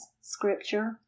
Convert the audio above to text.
Scripture